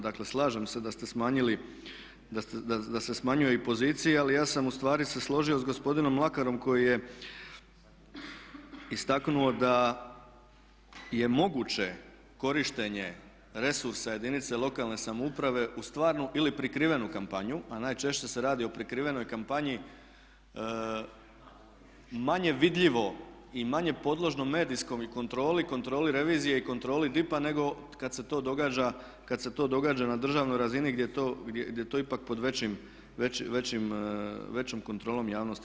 Dakle slažem se da se smanjuje i pozicija ali ja sam ustvari se složio sa gospodinom Mlakarom koji je istaknuo da je moguće korištenje resursa jedinica lokalne samouprave u stvarnu ili prikrivenu kampanju a najčešće se radi o prikrivenoj kampanji manje vidljivo i manje podložno medijskoj i kontroli i kontroli revizije i kontroli DIP-a nego kada se to događa, kada se to događa na državnoj razini gdje je to ipak pod većom kontrolom javnosti.